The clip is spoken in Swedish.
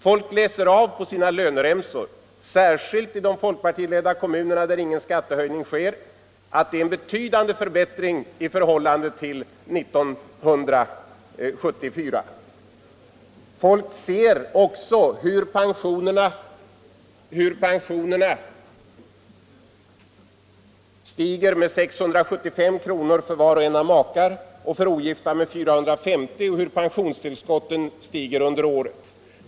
Folk läser av på sina löneremsor — särskilt i de folkpartiledda kommunerna, där inte skattehöjning sker — att det är en betydande förbättring i förhållande till 1974. Folk ser också hur pensionerna stigit med 675 kr. för var och en av makar och med 450 kr. för ogifta samt hur pensionstillskotten stiger under året.